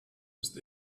ist